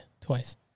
twice